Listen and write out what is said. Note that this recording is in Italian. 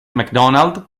macdonald